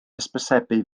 hysbysebu